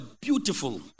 beautiful